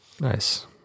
Nice